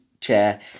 chair